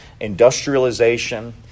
industrialization